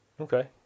Okay